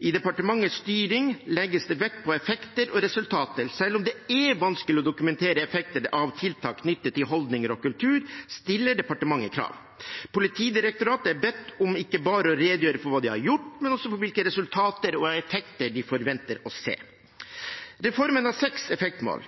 I departementets styring legges det vekt på effekter og resultater. Selv om det er vanskelig å dokumentere effekter av tiltak knyttet til holdninger og kultur, stiller departementet krav. Politidirektoratet er bedt om ikke bare å redegjøre for hva de har gjort, men også for hvilke resultater og effekter de forventer å se. Reformen har seks effektmål.